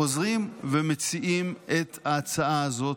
חוזרים ומציעים את ההצעה הזאת,